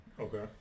okay